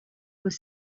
was